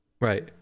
Right